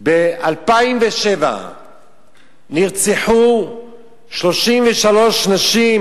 ב-2007 נרצחו 33 נשים,